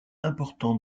important